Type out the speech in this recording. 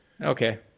Okay